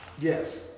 Yes